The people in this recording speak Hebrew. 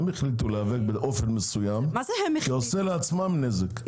הם החליטו להיאבק באופן מסוים שעושה לעצמם נזק.